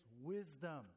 wisdom